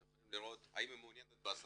אתם יכולים לראות: "האם מעוניינת בתעסוקה"